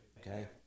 okay